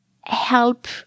help